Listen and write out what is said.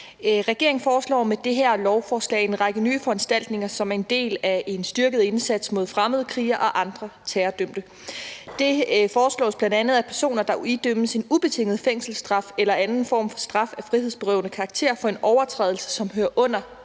Regeringen foreslår med det her lovforslag en række nye foranstaltninger som en del af en styrket indsats mod fremmedkrigere og andre terrordømte. Det foreslås bl.a., at personer, der idømmes en ubetinget fængselsstraf eller anden form for straf af frihedsberøvende karakter for en overtrædelse, som hører under